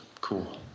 cool